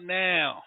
now